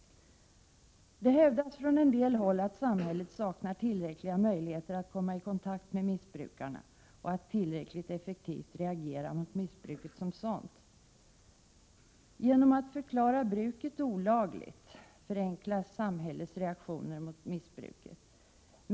Det hävdas från en del håll att samhället saknar tillräckliga möjligheter att komma i kontakt med missbrukarna och att tillräckligt effektivt reagera mot missbruket som sådant. Genom att förklara bruket olagligt förenklas samhällets reaktioner mot missbruket.